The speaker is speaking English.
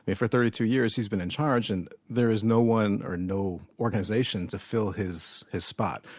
but for thirty two years, he's been in charge, and there is no one or no organization to fill his his spot.